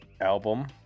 album